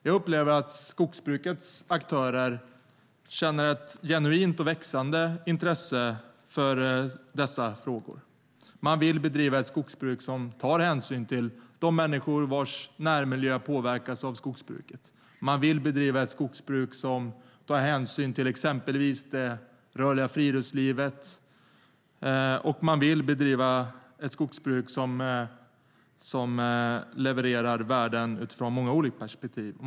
Jag upplever att skogsbrukets aktörer känner ett genuint och växande intresse för dessa frågor. Man vill bedriva ett skogsbruk som tar hänsyn till de människor vars närmiljö påverkas av skogsbruket. Man vill bedriva ett skogsbruk som tar hänsyn till exempelvis det rörliga friluftslivet, och man vill bedriva ett skogsbruk som levererar värden från många olika perspektiv.